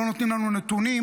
לא נותנים לנו נתונים,